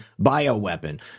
bioweapon